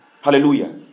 Hallelujah